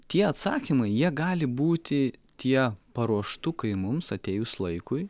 tie atsakymai jie gali būti tie paruoštukai mums atėjus laikui